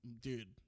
Dude